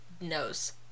knows